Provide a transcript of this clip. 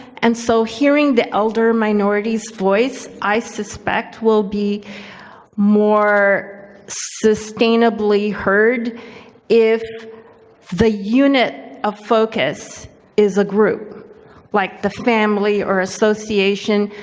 and so hearing the elder minority's voice, i suspect, will be more sustainably heard if the unit of focus is a group like the family or association.